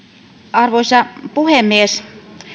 arvoisa puhemies